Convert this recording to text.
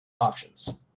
options